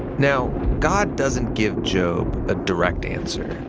now god doesn't give job a direct answer.